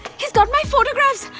he's got my photographs.